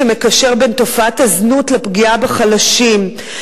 שמקשר בין תופעת הזנות לפגיעה בחלשים,